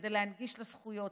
כדי להנגיש לה זכויות,